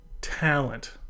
talent